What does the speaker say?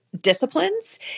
disciplines